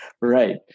right